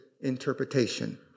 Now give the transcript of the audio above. interpretation